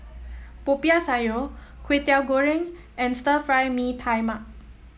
Popiah Sayur Kway Teow Goreng and Stir Fry Mee Tai Mak